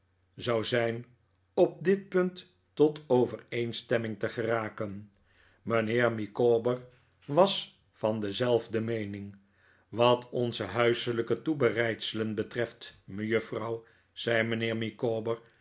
zou zijn op dit punt tot overeenstemming te geraken mijnheer micawber was van dezelfde meening wat onze huiselijke toebereidselen betreft mejuffrouw zei mijnheer